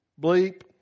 bleep